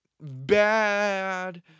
bad